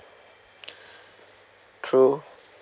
true